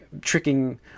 tricking